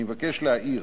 אני מבקש להעיר